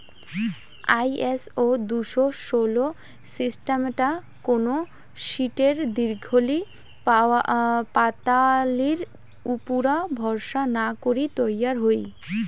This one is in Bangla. আই.এস.ও দুশো ষোল সিস্টামটা কুনো শীটের দীঘলি ওপাতালির উপুরা ভরসা না করি তৈয়ার হই